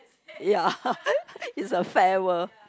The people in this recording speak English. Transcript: ya it's a fair world